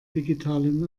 digitalen